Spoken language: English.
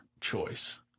choice